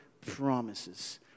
promises